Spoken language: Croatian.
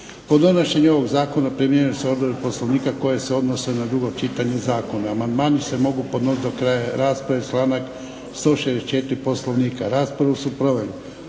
O donošenju ovog zakona primjenjuju se odredbe Poslovnika koje se odnose na drugo čitanje zakona. Amandmani se mogu podnositi do kraja rasprave, članak 164. Poslovnika. Raspravu su proveli